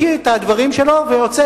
מקיא את הדברים שלו ויוצא,